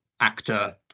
actor